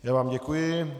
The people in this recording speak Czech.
Já vám děkuji.